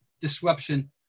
Disruption